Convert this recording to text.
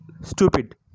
Stupid